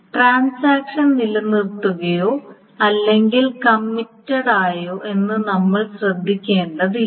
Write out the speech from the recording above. transaction നിർത്തലാക്കിയോ അല്ലെങ്കിൽ കമ്മിറ്റഡായോ എന്ന് നമ്മൾ ശ്രദ്ധിക്കേണ്ടതില്ല